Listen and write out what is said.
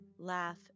laugh